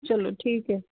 ਚਲੋ ਠੀਕ